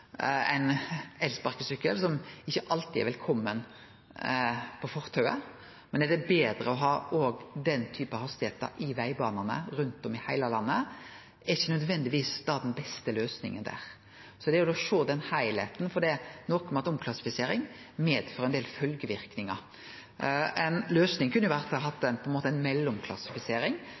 betre å ha den typen hastigheiter i vegbanane rundt om i heile landet? Det er ikkje nødvendigvis den beste løysinga der. Ein må sjå den heilskapen, for det er noko med at omklassifisering medfører ein del følgjeverknader. Ei løysing kunne vore å ha ei mellomklassifisering. Da må me sjå på den typen løysingar. Eg meiner at å gå frå ein kategori til ein